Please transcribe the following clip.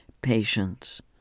patience